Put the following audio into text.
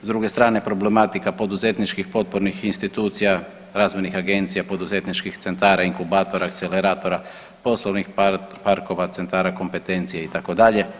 S druge strane problematika poduzetničkih potpornih institucija, razvojnih agencija, poduzetničkih centara, inkubatora, akceleratora, poslovnih parkova, centara kompetencije itd.